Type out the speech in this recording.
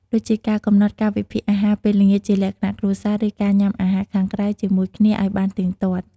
ដូចជាការកំណត់កាលវិភាគអាហារពេលល្ងាចជាលក្ខណៈគ្រួសារ ឬការញ៉ាំអាហារខាងក្រៅជាមួយគ្នាឱ្យបានទៀងទាត់។